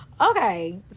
Okay